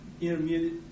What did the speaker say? intermediate